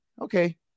okay